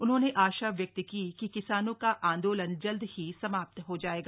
उन्होंने आशा व्यक्त की कि किसानों का आंदोलन जल्द ही समाप्त हो जाएगा